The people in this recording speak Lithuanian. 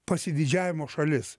pasididžiavimo šalis